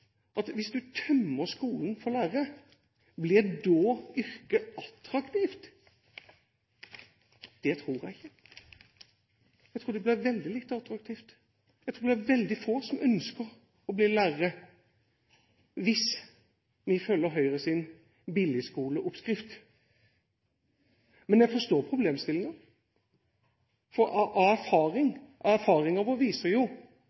blir yrket da attraktivt? Det tror jeg ikke. Jeg tror det blir veldig lite attraktivt. Jeg tror det er veldig få som ønsker å bli lærere hvis vi følger Høyres billigskoleoppskrift. Men jeg forstår problemstillingen. Erfaringene våre viser jo at forrige gang ble det mye skattekutt og